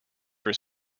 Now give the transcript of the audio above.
for